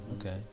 Okay